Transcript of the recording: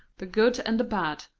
the good and the bad,